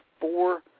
four